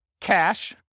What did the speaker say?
cash